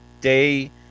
day